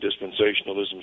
Dispensationalism